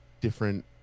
different